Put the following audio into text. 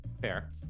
Fair